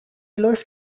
läuft